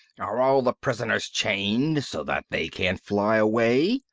are all the prisoners chained so that they can't fly away?